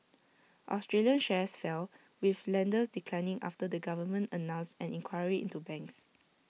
Australian shares fell with lenders declining after the government announced an inquiry into banks